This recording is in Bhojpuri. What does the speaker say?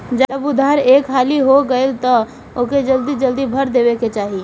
जब उधार एक हाली हो गईल तअ ओके जल्दी जल्दी भर देवे के चाही